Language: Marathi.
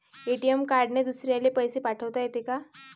ए.टी.एम कार्डने दुसऱ्याले पैसे पाठोता येते का?